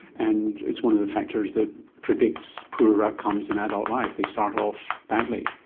and it's one of the factors that predicts poorer outcomes in adult life, they start off badly.